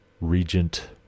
regent